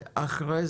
קמרט,